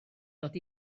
dod